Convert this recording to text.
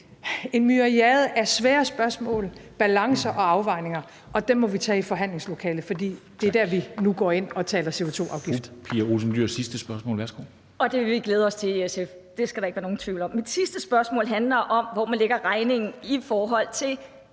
en myriade af svære spørgsmål, balancer og afvejninger, og det må vi tage i forhandlingslokalet, for det er der, vi nu går ind og taler CO2-afgift.